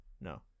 no